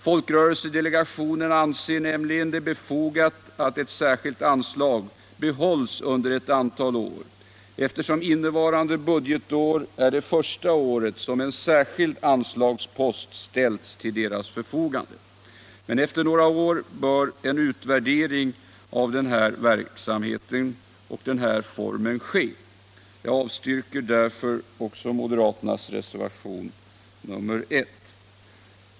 Folkrörelsedelegationen anser det nämligen befogat att ett särskilt anslag behålls under ett antal år, eftersom innevarande budgetår är det första budgetår som en särskild anslagspost ställts till delegationens förfogande. Men efter några år bör en utvärdering av verksamheten och av den här formen för dispositionen av anslaget ske. Jag avstyrker därför också bifall till moderaternas reservation nr 1.